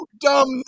dumb